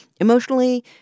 Emotionally